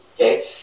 Okay